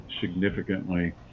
significantly